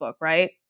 Right